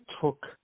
took